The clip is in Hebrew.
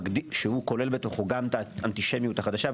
שכולל בתוכו גם את האנטישמיות החדשה,